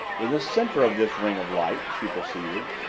in the center of this ring of light, she proceeded,